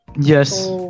Yes